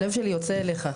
הלב שלי יוצא אליך,